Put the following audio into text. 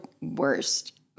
worst